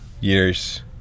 years